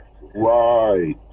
right